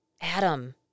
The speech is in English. Adam